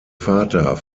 vater